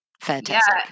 Fantastic